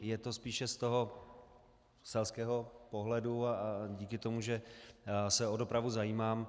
Je to spíše z toho selského pohledu a díky tomu, že se o dopravu zajímám.